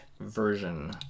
version